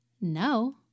no